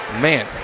Man